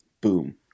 Boom